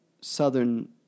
southern